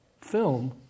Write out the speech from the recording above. film